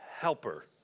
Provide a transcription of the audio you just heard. helper